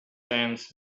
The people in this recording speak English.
sands